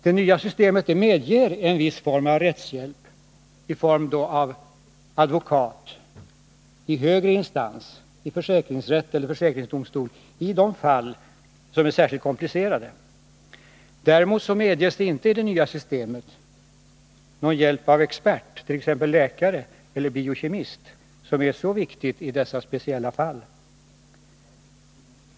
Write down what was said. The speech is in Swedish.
Det nya systemet medger rättshjälp i form av advokat i högre instans — försäkringsrätt eller försäkringsdomstol — i de fall som är särskilt komplicerade. Däremot medges i det nya systemet inte någon hjälp av expert, t.ex. läkare eller biokemist, trots att detta är mycket viktigt i dessa speciella fall.